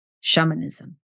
shamanism